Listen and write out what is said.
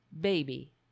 baby